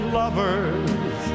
lovers